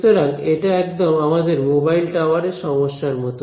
সুতরাং এটা একদম আমাদের মোবাইল টাওয়ার সমস্যার মত